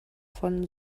von